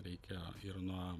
reikia ir na